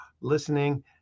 listening